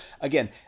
again